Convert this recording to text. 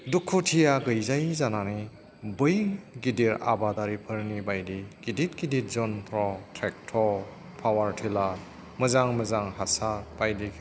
दुखुथिया गैजायै जानानै बै गिदिर आबादारिफोरनि बायदि गिदिर गिदिर जन्थ्र' ट्रेक्टर पावार टेलार मोजां मोजां हासार बायदि